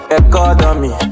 economy